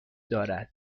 دارد